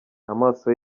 amaso